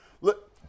Look